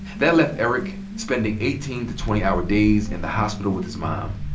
that left eric spending eighteen to twenty hour days in the hospital with his mom,